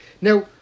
Now